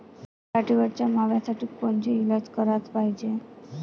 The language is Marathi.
पराटीवरच्या माव्यासाठी कोनचे इलाज कराच पायजे?